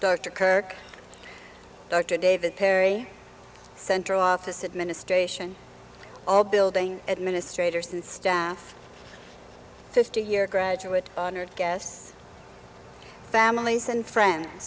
dr kirk dr david perry central office administration all building administrators and staff fifty year graduate honored guests families and friends